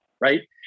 right